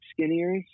skinnier